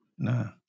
No